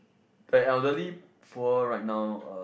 that elderly poor right now uh